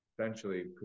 essentially